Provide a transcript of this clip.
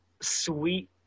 sweet